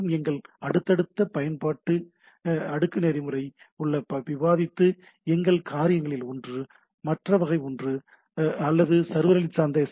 மற்றும் எங்கள் அடுத்தடுத்த பேச்சு பயன்பாட்டு அடுக்கு நெறிமுறை உள்ள விவாதித்து என்ன காரியங்களில் ஒன்று மற்ற வகை ஒன்று அல்லது சர்வரின் சார்ந்த எஸ்